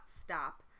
stop